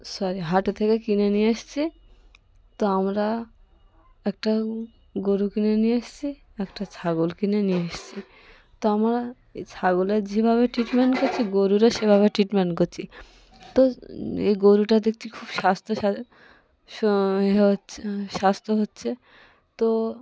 sorry হাটের থেকে কিনে নিয়ে এসেছি তো আমরা একটা গরু কিনে নিয়ে এসেছি একটা ছাগল কিনে নিয়ে এসেছি তো আমরা এই ছাগলের যেভাবে ট্রিটমেন্ট করছি গরুরও সেভাবে ট্রিটমেন্ট করছি তো এই গরুটা দেখছি খুব স্বাস্থ্য স্বা শো ইয়ে হচ্ছে স্বাস্থ্য হচ্ছে তো